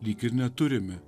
lyg ir neturime